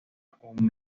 encuentra